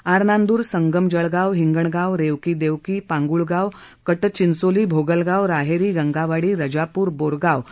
आगरनांद्र संगम जळगाव हिंगणगाव रेवकी देवकी पांगुळगाव कटचिंचोली भोगलगाव राहेरी गंगावाडी रजापूर बोरगाव बु